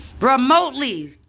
Remotely